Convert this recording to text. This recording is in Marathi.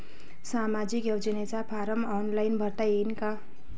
सामाजिक योजनेचा फारम ऑनलाईन भरता येईन का?